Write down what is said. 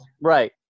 right